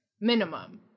Minimum